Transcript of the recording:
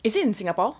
is it in singapore